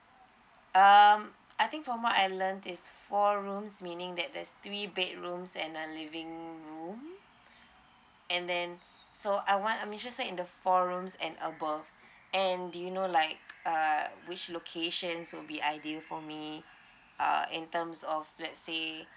um I think from what I learned is four rooms meaning that there's three bedrooms and a living room and then so I want I'm interested in the four rooms and above and do you know like uh which locations will be ideal for me uh in terms of let's say